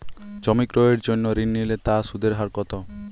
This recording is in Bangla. জমি ক্রয়ের জন্য ঋণ নিলে তার সুদের হার কতো?